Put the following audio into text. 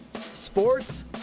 sports